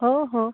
हो हो